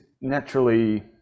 naturally